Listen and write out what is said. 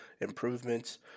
improvements